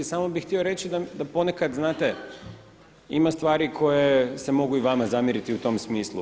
Samo bih htio reći da ponekad, znate ima stvari koje se mogu i vama zamjeriti u tom smislu.